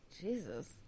Jesus